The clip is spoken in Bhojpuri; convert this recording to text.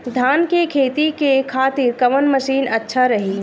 धान के खेती के खातिर कवन मशीन अच्छा रही?